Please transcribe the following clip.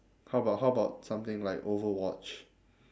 how about how about something like overwatch